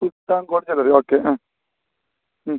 സുൽത്താൻ ഒക്കെ ഉം